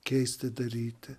keisti daryti